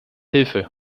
hilfe